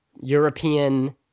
European